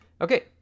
Okay